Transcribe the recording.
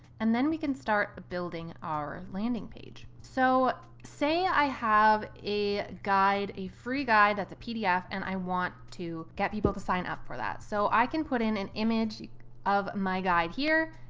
and then we can start building our landing page. so say i have a guide, a free guide that's a pdf, and i want to get people to sign up for that. so i can put in an image of my guide here,